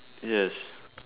yes